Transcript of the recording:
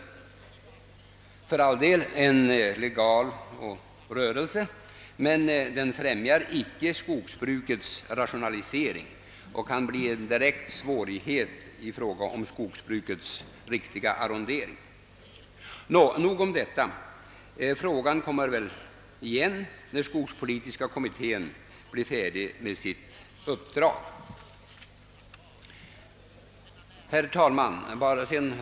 Detta är för all del en legal rörelse men den främjar icke skogsbrukets rationalisering och kan direkt försvåra skogsbrukets riktiga arrondering. Nog om detta! Frågan kommer väl igen när skogspolitiska kommittén blir färdig med sitt uppdrag. Herr talman!